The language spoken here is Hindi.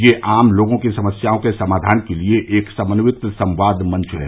यह आम लोगों की समस्याओं के समाधान के लिए एक समन्वित संवाद मंच है